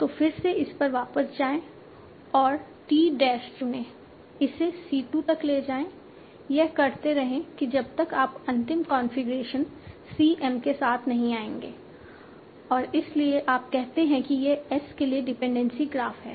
तो फिर से इस पर वापस जाएं और t डैश चुनें इसे C 2 तक ले जाएं यह करते रहें कि जब तक आप अंतिम कॉन्फ़िगरेशन C m के साथ नहीं आएंगे और इसीलिए आप कहते हैं कि यह S के लिए डिपेंडेंसी ग्राफ़ है